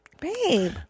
Babe